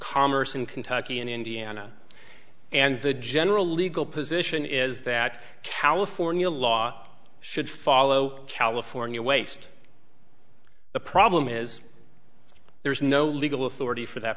commerce in kentucky and indiana and the general legal position is that california law should follow california waste the problem is there's no legal authority for that